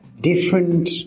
different